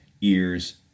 ears